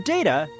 Data